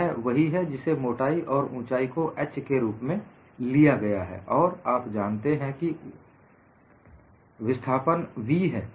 यह वही है जिसे मोटाई और ऊंचाई को h के रूप में लिया गया है और आप जानते हैं कि विस्थापन v हैं